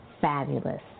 fabulous